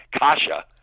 Kasha